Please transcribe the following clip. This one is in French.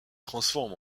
transforme